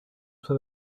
for